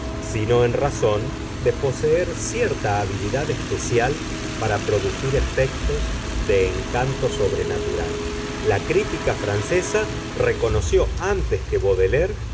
sino en razón de poseer cierta habilidad especial para producir efectos de encanto sobrenatural la crítica francesa reconoció antes que